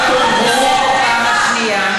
אני קוראת אותך לסדר בפעם השנייה.